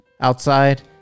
outside